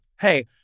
Hey